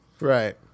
Right